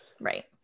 Right